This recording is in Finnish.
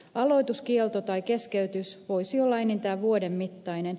aloituskielto tai keskeytys voisi olla enintään vuoden mittainen